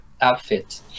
outfit